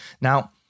Now